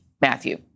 Matthew